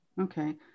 Okay